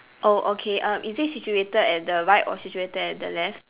oh okay uh is it situated at the right or situated at the left